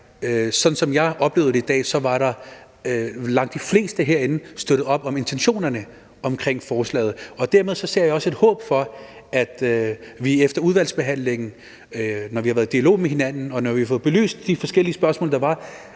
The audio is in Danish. Sådan som jeg oplevede det i dag, støttede langt de fleste herinde op om intentionerne i forslaget, og dermed ser jeg også et håb for, at vi efter udvalgsbehandlingen, når vi har været i dialog med hinanden, og når vi har fået belyst de forskellige spørgsmål, der er,